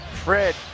Fred